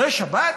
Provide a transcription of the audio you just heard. זו שבת?